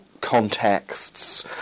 contexts